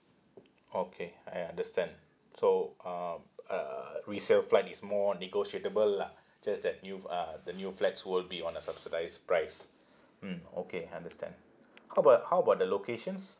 okay I understand so um uh resale flat is more negotiable lah just that new f~ uh the new flats will be on a subsidised price mm okay understand how about how about the locations